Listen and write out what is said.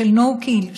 של no kill,